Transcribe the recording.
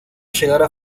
llegará